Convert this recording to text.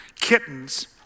kittens